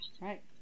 Right